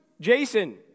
Jason